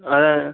ஆ